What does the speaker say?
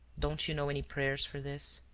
don't you know any prayers for this?